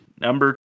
Number